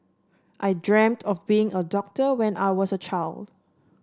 I dreamt of being a doctor when I was a child